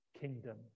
kingdom